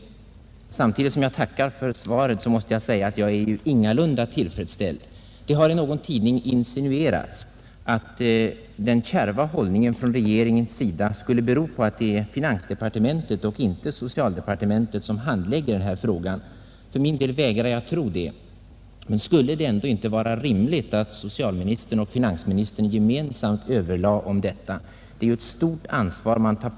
Samtidigt som jag tackar för svaret måste jag säga att jag ingalunda är tillfredsställd. Det har i någon tidning insinuerats att den kärva hållningen från regeringens sida skulle bero på att det är finansdepartementet och inte socialdepartementet som handlägger dessa frågor. För min del vägrar jag tro det. Men skulle det ändå inte vara rimligt att socialministern och finansministern gemensamt överlade om saken? Det är ju ett stort ansvar regeringen tar.